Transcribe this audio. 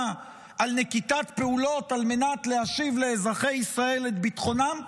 על נקיטת פעולות על מנת להשיב לאזרחי ישראל את ביטחונם,